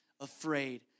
afraid